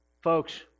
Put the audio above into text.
folks